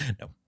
no